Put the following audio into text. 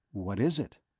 what is it?